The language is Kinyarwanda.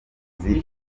intsinzi